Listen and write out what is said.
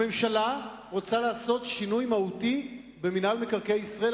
הממשלה רוצה לעשות שינוי מהותי במינהל מקרקעי ישראל.